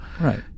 Right